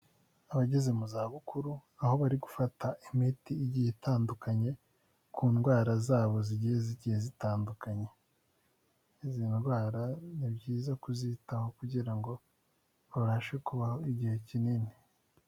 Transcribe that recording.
Abageze mu zabukuru aho bari gufata imiti igiye itandukanye ku ndwara zabo zigiye zigiye zitandukanye, izi ndwara ni byiza kuzitaho kugira ngo babashe kubaho igihe kinini.